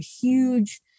huge